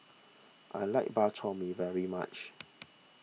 I like Bak Chor Mee very much